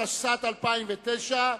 התשס"ט 2009,